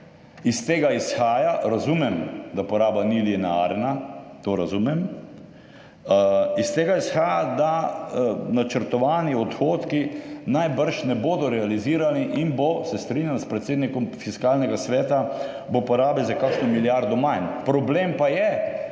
že 89 % dni. Razumem, da poraba ni linearna, to razumem, iz tega izhaja, da načrtovani odhodki najbrž ne bodo realizirani in bo, se strinjam s predsednikom Fiskalnega sveta, porabe za kakšno milijardo manj. Problem pa je